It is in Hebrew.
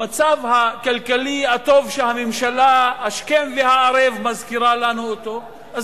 המצב הכלכלי הטוב שהממשלה מזכירה לנו אותו השכם והערב,